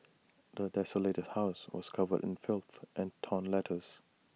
the desolated house was covered in filth and torn letters